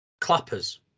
Clappers